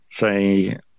say